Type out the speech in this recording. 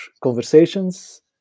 conversations